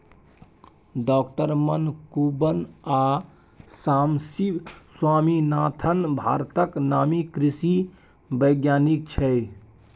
डॉ मनकुंबन आ सामसिब स्वामीनाथन भारतक नामी कृषि बैज्ञानिक छै